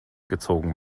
gezogen